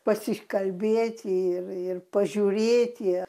pasikalbėti ir ir pažiūrėti